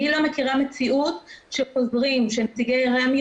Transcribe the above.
אני לא מכירה מציאות שנציגי רמ"י